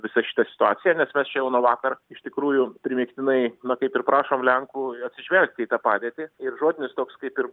visą šitą situaciją nes mes čia jau nuo vakar iš tikrųjų primygtinai na kaip ir prašom lenkų atsižvelgti į tą padėtį ir žodinis toks kaip ir